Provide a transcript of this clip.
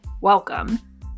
welcome